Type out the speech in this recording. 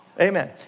Amen